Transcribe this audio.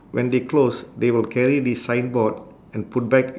when they close they will carry this signboard and put back